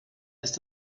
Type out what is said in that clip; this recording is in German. ist